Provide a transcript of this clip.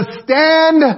stand